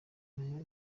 nayo